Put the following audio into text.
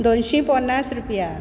दोनशीं पन्नास रुपया